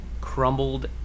crumbled